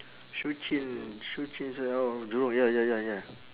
shuqun shuqun s~ oh jurong ya ya ya ya